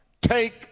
Take